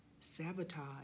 sabotage